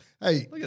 Hey